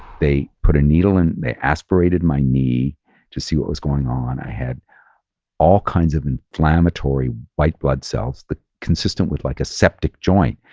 they put a needle in, they aspirated my knee to see what was going on. i had all kinds of inflammatory white blood cells, consistent with like a septic joint.